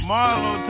Marlo